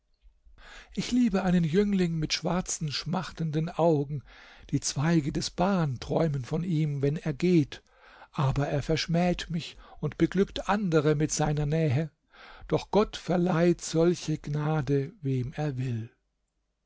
ich liebe einen jüngling mit schwarzen schmachtenden augen die zweige des ban träumen von ihm wenn er geht aber er verschmäht mich und beglückt andere mit seiner nähe doch gott verleiht solche gnade wem er will